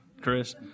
Chris